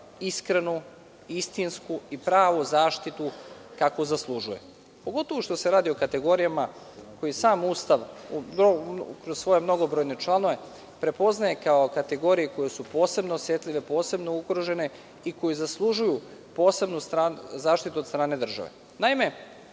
iskrenu, istinsku i pravu zaštitu kakvu zaslužuje, pogotovu što se radi o kategorijama koje sam Ustav kroz svoje mnogobrojne članove prepoznaje kao kategorije koje su posebno osetljive, posebno ugrožene i koje zaslužuju posebnu zaštitu od strane države. Naime,